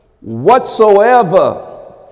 whatsoever